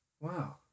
wow